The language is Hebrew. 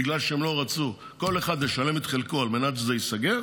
בגלל שהם לא רצו כל אחד לשלם את חלקו על מנת שזה ייסגר.